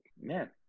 man